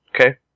Okay